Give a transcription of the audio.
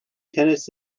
tennis